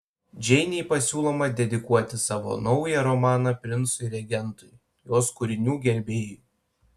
džeinei pasiūloma dedikuoti savo naują romaną princui regentui jos kūrinių gerbėjui